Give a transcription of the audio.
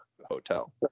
hotel